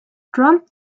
trump